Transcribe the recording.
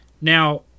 Now